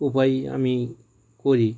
উপায় আমি করি